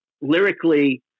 Lyrically